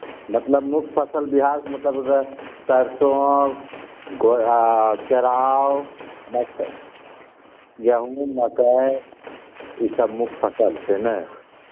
मतलब मुख्फय सल बिहारके मतलब सरसों गो आ केराव मकइ गेहूॅंम मकइ सब मुख फसल छै ने